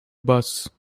bus